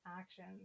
actions